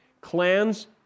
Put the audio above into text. Clans